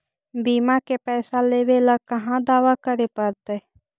बिमा के पैसा लेबे ल कहा दावा करे पड़तै?